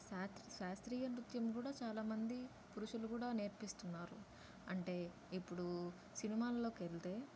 శాత్ శాస్త్రీయ నృత్యం గూడా చాలామంది పురుషులు కూడా నేర్పిస్తున్నారు అంటే ఇప్పుడూ సినిమాల్లోకి వెళ్తే